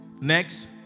Next